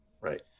right